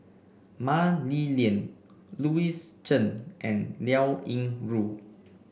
Mah Li Lian Louis Chen and Liao Yingru